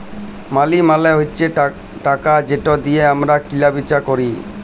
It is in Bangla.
মালি মালে হছে টাকা যেট দিঁয়ে আমরা কিলা বিচা ক্যরি